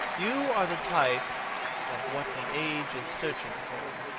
you are the type of what the age is searching for,